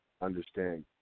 understand